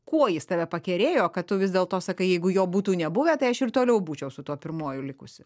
kuo jis tave pakerėjo kad tu vis dėlto sakai jeigu jo būtų nebuvę tai aš ir toliau būčiau su tuo pirmuoju likusi